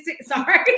Sorry